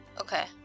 Okay